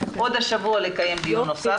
עוד השבוע לקיים דיון נוסף.